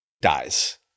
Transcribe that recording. dies